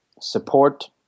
support